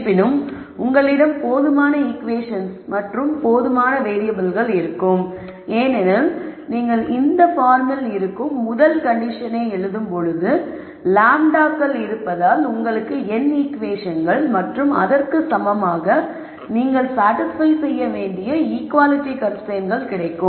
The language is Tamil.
இருப்பினும் உங்களிடம் போதுமான ஈகுவேஷன்ஸ் மற்றும் வேறியபிள்கள் இருக்கும் ஏனெனில் நீங்கள் இந்த பார்மில் இருக்கும் முதல் கண்டிஷனை எழுதும் போது லாம்ப்டாக்கள் இருப்பதால் உங்களுக்கு n ஈகுவேஷன்கள் மற்றும் அதற்கு சமமாக நீங்கள் சாடிஸ்பய் செய்ய வேண்டிய ஈகுவாலிட்டி கன்ஸ்ரைன்ட்ஸ்கள் கிடைக்கும்